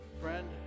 Friend